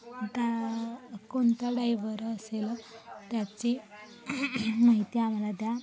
दा कोणता डायव्हर असेल त्याची माहिती आम्हाला द्या